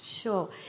Sure